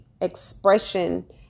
expression